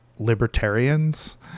libertarians